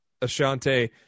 Ashante